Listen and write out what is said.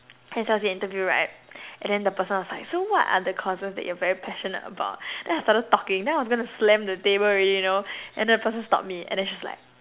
S_L_C interview right and then the person was like so what are the courses that you're very passionate about and I started talking then I was going to slam the table already you know and the person stop me and then she's like